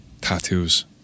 tattoos